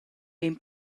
vegn